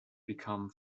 become